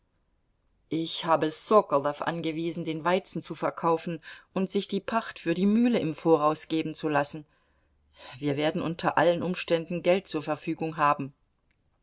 ich habe sokolow angewiesen den weizen zu verkaufen und sich die pacht für die mühle im voraus geben zu lassen wir werden unter allen umständen geld zur verfügung haben